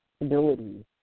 abilities